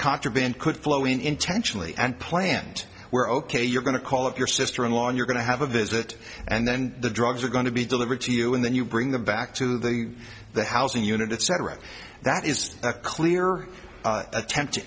contraband could flow in intentionally and plant where ok you're going to call up your sister in law and you're going to have a visit and then the drugs are going to be delivered to you and then you bring them back to the the housing unit etc that is a clear attempt to